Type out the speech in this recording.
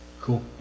Cool